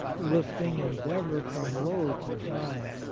lifting endeavour from low to high,